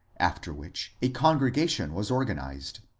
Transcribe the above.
after which a congregation was organized.